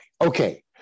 Okay